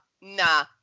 nah